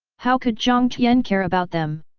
how could jiang tian care about them?